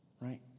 right